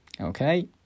Okay